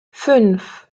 fünf